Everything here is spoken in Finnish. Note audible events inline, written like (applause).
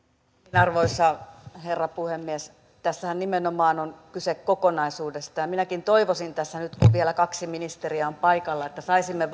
arvoisa herra puhemies tässähän nimenomaan on kyse kokonaisuudesta ja minäkin toivoisin tässä nyt kun vielä kaksi ministeriä on paikalla että saisimme (unintelligible)